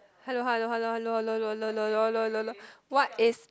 hello hello hello hello what is